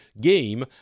game